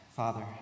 Father